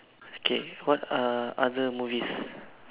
okay what are other movies